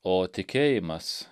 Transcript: o tikėjimas